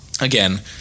again